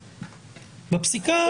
בפסיקה.